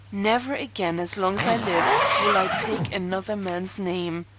never again, as long as i live, will i take another man's name.